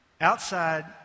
Outside